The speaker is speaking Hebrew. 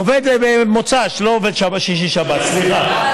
הוא עובד במוצ"ש, לא עובד בשישי-שבת, סליחה.